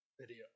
video